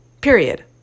Period